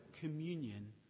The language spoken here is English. communion